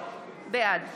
בעד